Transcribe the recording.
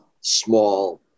small